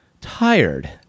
tired